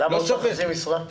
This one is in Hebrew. למה חצי משרה?